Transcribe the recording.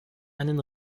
einen